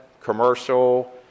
commercial